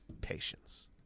Patience